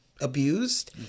abused